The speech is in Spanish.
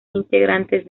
integrantes